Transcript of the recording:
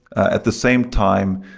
at the same time,